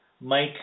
Mike